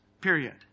period